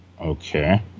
okay